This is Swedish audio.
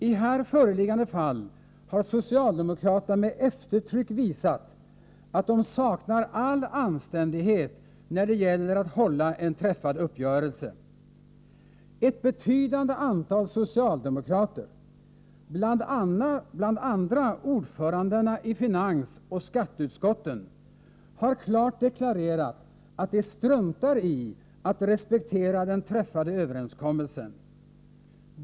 I här föreliggande fall har socialdemokraterna med eftertryck visat att de saknar all anständighet när det gäller att hålla en träffad uppgörelse. Ett betydande antal socialdemokrater, bl.a. ordförandena i finansutskottet och skatteutskottet, har klart deklarerat att de struntar i att respektera den träffade överenskommelsen.